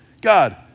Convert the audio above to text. God